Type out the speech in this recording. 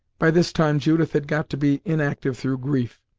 by this time judith had got to be inactive through grief,